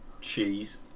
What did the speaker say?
cheese